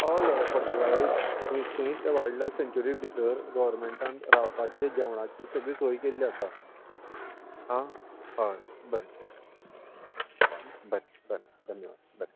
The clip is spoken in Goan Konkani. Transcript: हय हय परतगाळीर थंय थंयच वायल्ड लायफ सँच्यूरी भितर गोरमँटान रावपाची जेवणाची सगळी सोय केल्ली आसा आं हय बरें बरें बरें धन्यवाद बरें